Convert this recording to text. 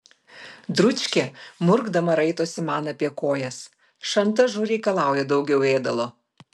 dručkė murkdama raitosi man apie kojas šantažu reikalauja daugiau ėdalo